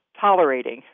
tolerating